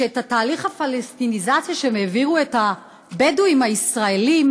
שאת תהליך הפלסטיניזציה שהם העבירו את הבדואים הישראלים,